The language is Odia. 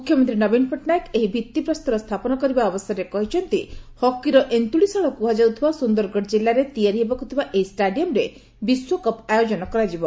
ମୁଖ୍ୟମନ୍ତୀ ନବୀନ ପଟ୍ଟନାୟକ ଏହି ଭିଉିପ୍ରସ୍ତର ସ୍ରାପନ କରିବା ଅବସରରେ କହିଛନ୍ତି ହକିର ଏନ୍ତିଡିଶାଳ କୁହାଯାଉଥିବା ସୁନ୍ଦରଗଡ଼ କିଲ୍ଲାରେ ତିଆରି ହେବାକୁଥିବା ଏହି ଷ୍ଟାଡିୟମ୍ରେ ବିଶ୍ୱକପ୍ ଆୟୋଜନ କରାଯିବ